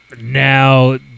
Now